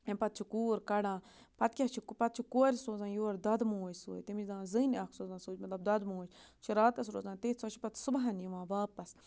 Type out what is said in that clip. اَمہِ پَتہٕ چھِ کوٗر کَڑان پَتہٕ کیٛاہ چھِ پَتہٕ چھِ کورِ سوزان یور دۄدٕ موج سۭتۍ تٔمِس دَپان زٔنۍ اَکھ سوزان سۭتۍ مطلب دۄدٕ موج چھِ راتَس روزان تٔتھۍ سۄ چھِ پَتہٕ صُبحَن یِوان واپَس